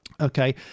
Okay